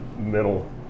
middle